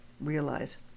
realize